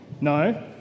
No